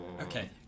okay